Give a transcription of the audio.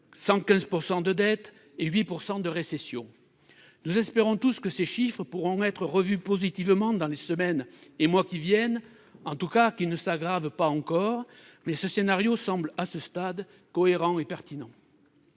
115 % de dette et 8 % de récession. Nous espérons tous que ces chiffres pourront être revus positivement dans les semaines et les mois qui viennent, en tout cas qu'ils ne s'aggravent pas encore, mais ce scénario semble à ce stade cohérent et pertinent.